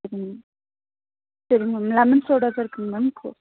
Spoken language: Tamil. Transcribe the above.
ம் சரிங்க மேம் லெமன் சோடா தான் இருக்குங்க மேம்